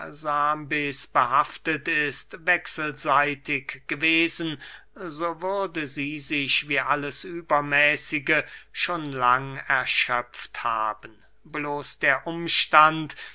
arasambes behaftet ist wechselseitig gewesen so würde sie sich wie alles übermäßige schon lang erschöpft haben bloß der umstand